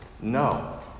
no